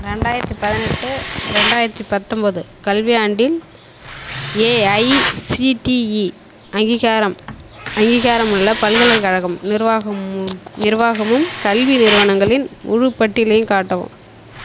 ரெண்டாயிரத்தி பதினெட்டு ரெண்டாயிரத்தி பத்தொன்பது கல்வியாண்டில் ஏஐசிடிஇ அங்கீகாரம் அங்கீகாரமுள்ள பல்கலைக்கழகம் நிர்வாக நிர்வாகமும் கல்வி நிறுவனங்களின் முழு பட்டியலை காட்டவும்